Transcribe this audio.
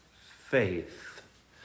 faith